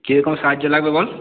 কি রকম সাহায্য লাগবে বল